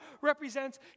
represents